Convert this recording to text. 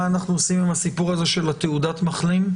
אנחנו עושים עם הסיפור הזה של תעודת מחלים?